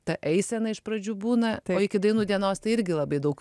ta eisena iš pradžių būna iki dainų dienos tai irgi labai daug